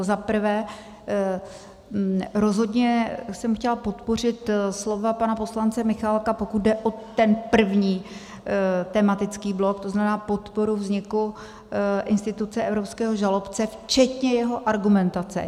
Za prvé, rozhodně jsem chtěla podpořit slova pana poslance Michálka, pokud jde o ten první tematický blok, to znamená podporu vzniku instituce evropského žalobce včetně jeho argumentace.